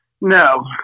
No